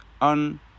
on